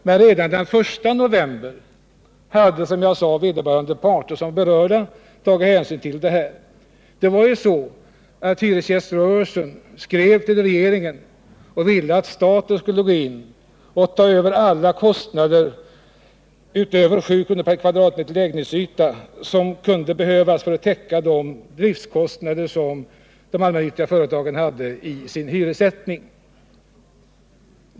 Men redan den I november hade berörda parter tagit hänsyn till detta. Hyresgäströrelsen skrev till regeringen och ville att staten skulle överta alla kostnader utöver 7 kr. per kvadratmeter lägenhetsyta som kunde behövas för att täcka de kostnader som de allmännyttiga företagen hade i sin hyressättning.